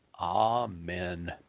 Amen